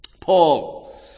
Paul